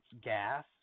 gas